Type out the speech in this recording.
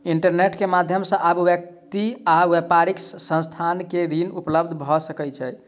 internet के माध्यम से आब व्यक्ति आ व्यापारिक संस्थान के ऋण उपलब्ध भ सकै छै